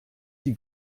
die